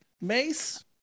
mace